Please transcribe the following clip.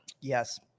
Yes